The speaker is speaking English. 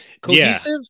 cohesive